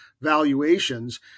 valuations